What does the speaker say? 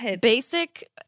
basic